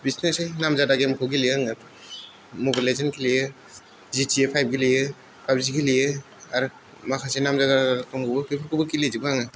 बिदिनोसै नामजादा गेमखौ गेलेयो आङो मबाइल लेजेन्द गेलेयो जि टि ए फाइभ गेलेयो पाबजि गेलेयो आरो माखासे नामजादा बेफोरखौबो गेलेजोबो आङो